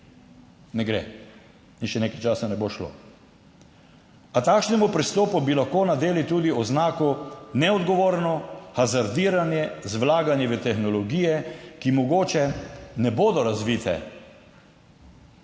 Ne gre in še nekaj časa ne bo šlo. A takšnemu pristopu bi lahko nadeli tudi oznako neodgovorno hazardiranje z vlaganji v tehnologije, ki mogoče ne bodo razvite.